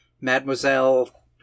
Mademoiselle